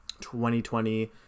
2020